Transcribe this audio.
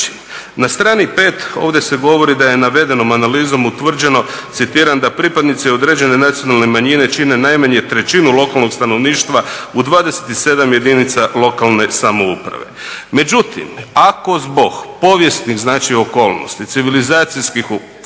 Na strani 5 ovdje se govori da je navedenom analizom utvrđeno "Da pripadnici određene nacionalne manjine čine najmanje trećinu lokalnog stanovništva u 27 jedinica lokalne samouprave." Međutim, ako zbog povijesnih okolnosti, civilizacijskih okolnosti